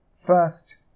first